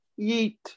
yeet